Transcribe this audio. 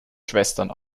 schwestern